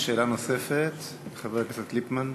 שאלה נוספת לחבר הכנסת ליפמן.